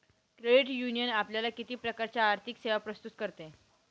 Credit union आपल्याला किती प्रकारच्या आर्थिक सेवा प्रस्तुत करते?